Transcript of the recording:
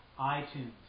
iTunes